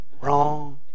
Wrong